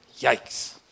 Yikes